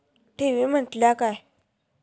ठेवी म्हटल्या काय?